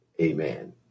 Amen